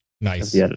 Nice